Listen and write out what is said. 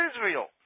Israel